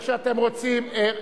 איך שאתם רוצים.